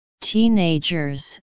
teenagers